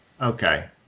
Okay